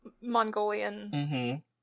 Mongolian